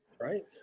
right